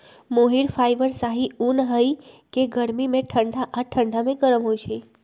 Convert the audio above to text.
मोहिर fibre शाहि उन हइ के गर्मी में ठण्डा आऽ ठण्डा में गरम होइ छइ